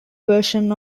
version